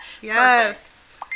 Yes